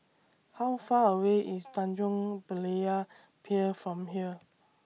How Far away IS Tanjong Berlayer Pier from here